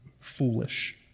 foolish